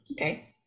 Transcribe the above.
okay